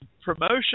promotion